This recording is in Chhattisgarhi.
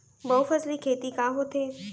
बहुफसली खेती का होथे?